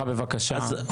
בבקשה.